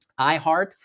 iHeart